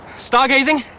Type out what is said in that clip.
stargazing?